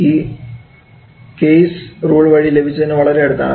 ഇത് Kay's rule Kay's rule വഴി ലഭിച്ചതിന് വളരെ അടുത്താണ്